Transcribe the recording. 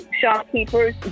shopkeepers